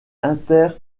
inter